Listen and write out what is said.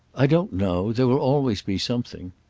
i don't know. there will always be something.